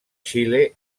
xile